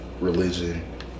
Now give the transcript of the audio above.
religion